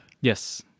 Yes